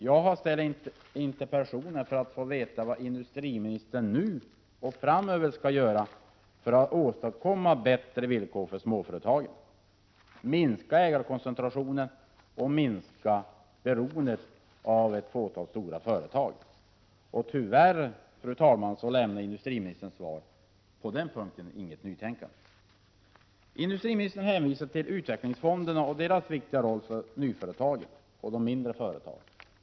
Jag har ställt interpellationen för att få veta vad industriministern nu och framöver skall göra för att åstadkomma bättre villkor för småföretagen, för att minska ägarkoncentrationen och minska beroendet av ett fåtal stora företag. Tyvärr, fru talman, lämnar industriministerns svar på den punkten ingen uppgift om något nytänkande. Industriministern hänvisar till utvecklingsfonderna och deras viktiga roll för de nya och de mindre företagen.